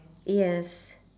yes